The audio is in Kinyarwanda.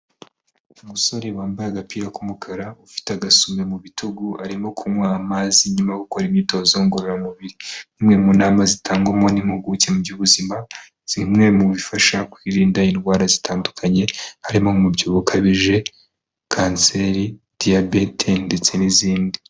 Umusore wambaye agapira k'umukara, ufite agasume mu bitugu, arimo kunywa amazi nyuma gukora imyitozo ngororamubiri, imwe mu nama zitangwamo n'impuguke mu by'ubuzima, zimwe mu bifasha kwirinda indwara zitandukanye, harimo nk'umubyibuho ukabije, Kanseri, Diyabete ndetse n'izindi.